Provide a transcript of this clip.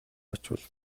очвол